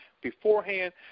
beforehand